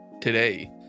today